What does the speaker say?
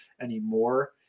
anymore